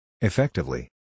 Effectively